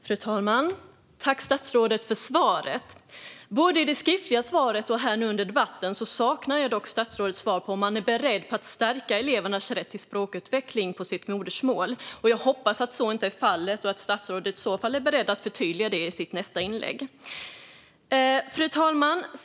Fru talman! Jag tackar statsrådet för svaret. I både själva interpellationssvaret och nu här i debatten saknar jag dock statsrådet svar på om hon är beredd att stärka elevernas rätt till språkutveckling på modersmålet. Jag hoppas att så är fallet och att statsrådet i så fall är beredd att förtydliga det i sitt nästa inlägg. Fru talman!